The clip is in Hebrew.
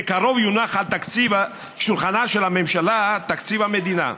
בקרוב יונח על שולחנה של הממשלה תקציב המדינה.